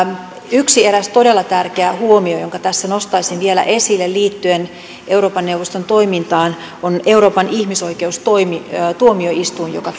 yksi todella tärkeä huomio jonka tässä nostaisin vielä esille liittyen euroopan neuvoston toimintaan on euroopan ihmisoikeustuomioistuin joka